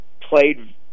played